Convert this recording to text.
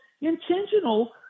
intentional